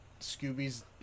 scooby's